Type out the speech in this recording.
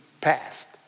passed